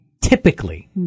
typically